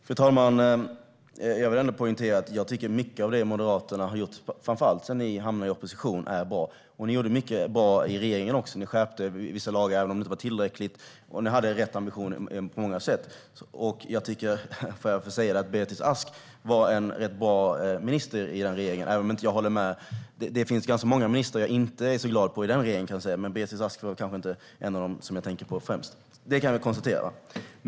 Fru talman! Jag vill poängtera, Beatrice Ask, att jag tycker att mycket av det ni i Moderaterna har gjort - framför allt sedan ni hamnade i opposition - är bra. Ni gjorde också mycket bra i regeringen; ni skärpte vissa lagar, även om det inte var tillräckligt, och ni hade rätt ambitioner på många sätt. Om jag får säga det tycker jag också att Beatrice Ask var en rätt bra minister i den regeringen. Det finns ganska många ministrar i den regeringen jag inte är så glad på, kan jag säga, men Beatrice Ask är kanske inte en av dem jag främst tänker på. Det kan vi konstatera.